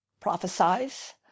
prophesize